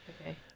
okay